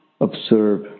observe